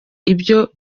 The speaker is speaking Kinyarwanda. ibyo